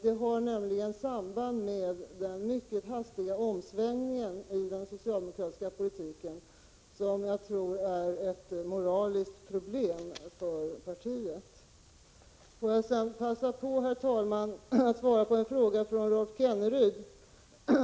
Det har nämligen samband med den mycket hastiga omsvängningen iden socialdemokratiska politiken, som jag tror är ett moraliskt problem för partiet. Jag vill sedan passa på att svara på en fråga från Rolf Kenneryd.